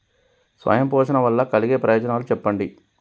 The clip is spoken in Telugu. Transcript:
స్వయం పోషణ వల్ల కలిగే ప్రయోజనాలు చెప్పండి?